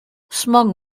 smog